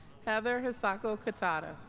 heather hisako kitada